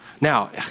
Now